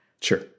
Sure